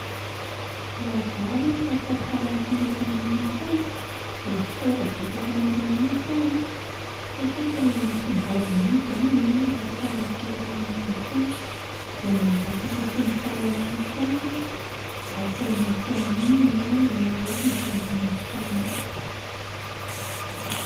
Raha izaho aloha no tratra farany indrindra eto ambonin'ny tany a dia misaotra betsaka an'Andriamanitra aho a satria tena nasongadiny mihintsy izany hoe ianao no olona farany tratra eto ambonin'ny tany, dia mangataka sy mitalaho mafy aminy aho mba tsy haninon-tsy haninona ianao hoe ianao irery no eto ambonin'ny tany eto